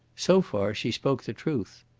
so far she spoke the truth.